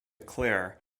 claire